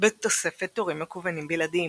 בתוספת טורים מקוונים בלעדיים.